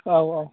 औ औ